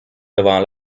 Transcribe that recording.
devant